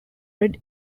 red